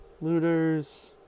Looters